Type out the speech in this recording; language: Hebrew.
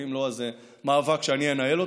ואם לא אז זה מאבק שאני אנהל.